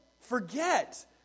forget